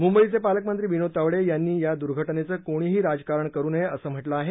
मुंबईचे पालकमंत्री विनोद तावडे यांनी या दर्घटनेचं कोणीही राजकारण करू नये असं म्हटलं आहे